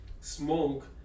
smoke